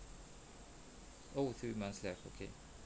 oh three months left okay